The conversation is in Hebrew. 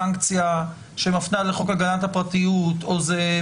המשפטי שהפרקטיקה מבוססת על איזושהי פרשנות ותיקה